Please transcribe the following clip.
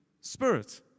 Spirit